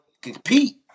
compete